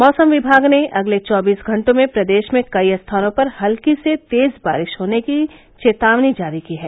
मैसम विभाग ने अगले चौबीस घंटों में प्रदेश में कई स्थानों पर हल्की से तेज बारिश होने की चेतावनी जारी की है